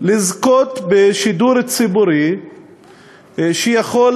לזכות בשידור ציבורי שיכול